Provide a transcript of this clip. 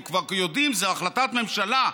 כי כבר יודעים שזו החלטת ממשלה,